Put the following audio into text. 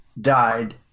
died